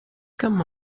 come